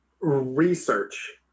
research